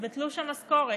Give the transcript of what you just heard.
זה בתלוש המשכורת.